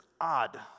odd